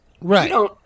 Right